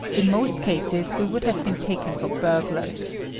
in most cases, we would have been taken for burglars.